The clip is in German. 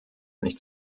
nicht